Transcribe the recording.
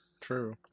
True